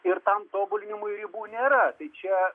ir tam tobulinimui ribų nėra tai čia